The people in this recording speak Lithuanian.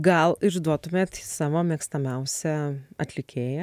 gal ir išduotumėt savo mėgstamiausią atlikėją